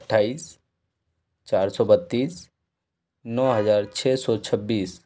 अट्ठाइस चार सौ बत्तीस नौ हज़ार छः सौ छब्बीस